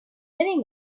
many